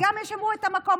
וגם ישמרו את המקום.